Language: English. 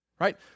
right